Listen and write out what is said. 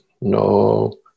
no